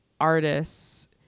artists